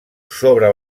sobre